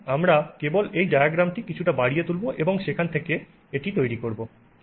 সুতরাং আমরা কেবল এই ডায়াগ্রামটি কিছুটা বাড়িয়ে তুলব এবং সেখান থেকে এটি তৈরি করব